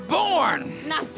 born